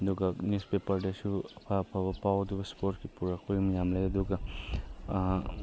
ꯑꯗꯨꯒ ꯅꯤꯎꯁꯄꯦꯄꯔꯗꯁꯨ ꯑꯐ ꯑꯐꯕ ꯄꯥꯎꯗꯨ ꯁ꯭ꯄꯣꯔꯠꯀꯤ ꯄꯨꯔꯛꯄ ꯃꯌꯥꯝ ꯂꯩ ꯑꯗꯨꯒ